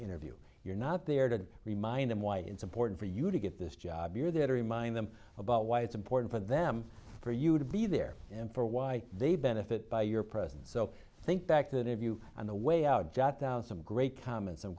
interview you're not there to remind them why it's important for you to get this job you're there to remind them about why it's important for them for you to be there and for why they benefit by your presence so think back to that interview on the way out jot down some great comments